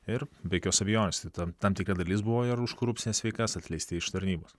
ir be jokios abejonės tam tam tikra dalis buvo ir už korupcines veikas atleisti iš tarnybos